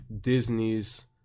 Disney's